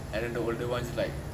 and the older ones like